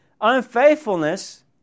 Unfaithfulness